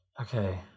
okay